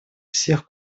всех